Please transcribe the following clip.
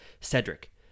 Cedric